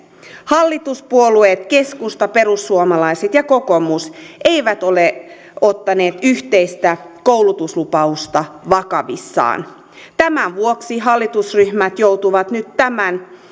hallituspuolueet eli keskusta perussuomalaiset ja kokoomus eivät ole ottaneet yhteistä koulutuslupausta vakavissaan tämän vuoksi hallitusryhmät joutuvat nyt tämän